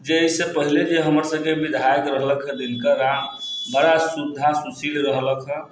जे एहिसँ पहले जे हमर सभके विधायक रहलक दिनकर राम बड़ा सीधा सुशील रहलक